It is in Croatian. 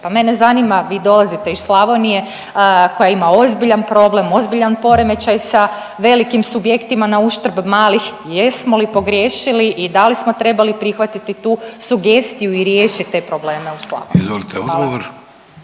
Pa mene zanima vi dolazite iz Slavonije koja ima ozbiljan problem, ozbiljan poremećaj sa velikim subjektima na uštrb malih jesmo li pogriješili i da li smo trebali prihvatiti tu sugestiju i riješiti te probleme u Slavoniji. Hvala.